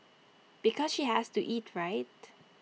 because she has to eat right